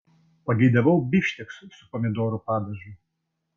pageidavau bifštekso su pomidorų padažu